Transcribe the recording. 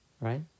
right